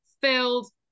filled